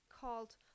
called